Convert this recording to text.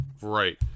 Right